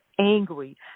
angry